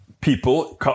people